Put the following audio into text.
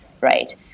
right